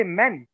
men